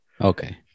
Okay